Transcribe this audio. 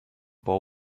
bowl